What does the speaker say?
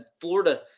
Florida